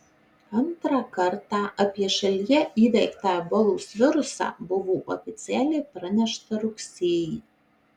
antrą kartą apie šalyje įveiktą ebolos virusą buvo oficialiai pranešta rugsėjį